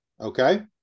okay